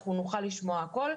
אנחנו נוכל לשמוע הכול.